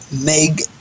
Meg